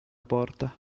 porta